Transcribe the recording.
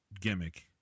gimmick